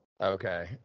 Okay